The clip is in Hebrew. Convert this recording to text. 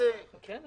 אנחנו